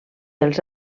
els